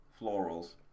Florals